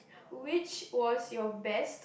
which was your best